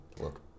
look